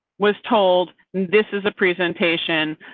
was told this is a presentation,